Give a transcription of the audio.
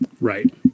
Right